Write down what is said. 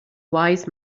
wise